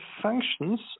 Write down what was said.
functions